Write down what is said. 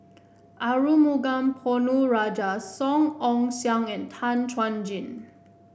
Arumugam Ponnu Rajah Song Ong Siang and Tan Chuan Jin